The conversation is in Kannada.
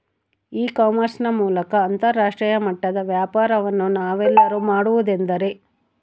ಇ ಕಾಮರ್ಸ್ ನ ಮೂಲಕ ಅಂತರಾಷ್ಟ್ರೇಯ ಮಟ್ಟದ ವ್ಯಾಪಾರವನ್ನು ನಾವೆಲ್ಲರೂ ಮಾಡುವುದೆಂದರೆ?